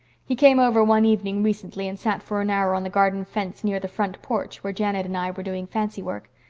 he came over one evening recently and sat for an hour on the garden fence, near the front porch where janet and i were doing fancy-work.